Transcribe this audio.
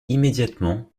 immédiatement